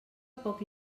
poc